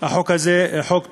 החוק הזה הוא חוק טוב.